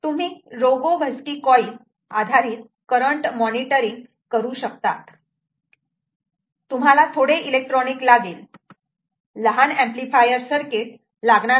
तुम्ही Rogowski coil आधारित current monitoring वापरू शकतात तुम्हाला थोडे इलेक्ट्रॉनिक लागेल लहान ऍम्प्लिफायर सर्किट लागणार आहे